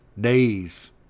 days